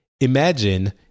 Imagine